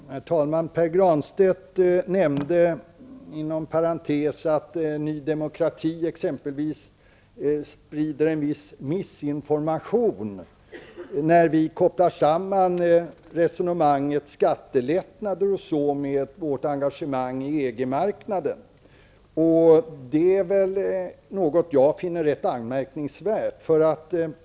Herr talman! Pär Granstedt nämnde inom parentes att Ny Demokrati sprider en viss desinformation när vi kopplar samman resonemanget om skattelättnader med vårt engagemang beträffande EG-marknaden. Det finner jag rätt anmärkningsvärt.